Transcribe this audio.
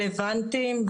רלוונטיים.